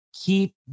Keep